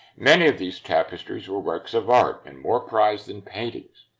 many of these tapestries were works of art, and more prized than paintings.